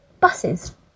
Buses